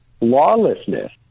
lawlessness